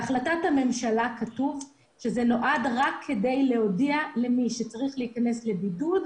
בהחלטת הממשלה כתוב שזה נועד רק כדי להודיע למי שצריך להיכנס לבידוד,